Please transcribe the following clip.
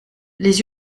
les